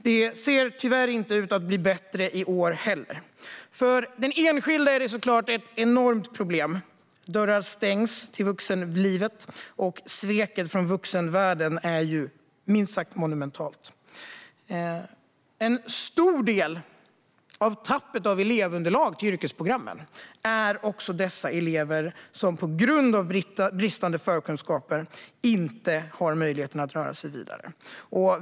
Det ser tyvärr inte ut att bli bättre i år heller. För den enskilde är detta såklart ett enormt problem. Dörrar till vuxenlivet stängs, och sveket från vuxenvärlden är minst sagt monumentalt. En stor del av tappet av elevunderlag till yrkesprogrammen utgörs av personer som på grund av bristande förkunskaper inte har möjlighet att gå vidare.